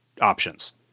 options